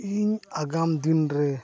ᱤᱧ ᱟᱜᱟᱢ ᱫᱤᱱ ᱨᱮ